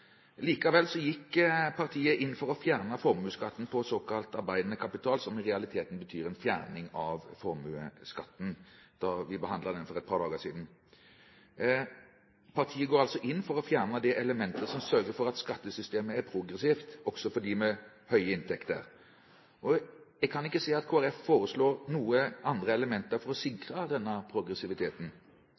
Likevel gikk partiet inn for å fjerne formuesskatten på såkalt arbeidende kapital, som i realiteten betyr en fjerning av formuesskatten, da vi behandlet dette for et par dager siden. Partiet går altså inn for å fjerne det elementet som sørger for at skattesystemet er progressivt også for dem med høye inntekter. Jeg kan ikke se at Kristelig Folkeparti foreslår noen andre elementer for å sikre denne progressiviteten.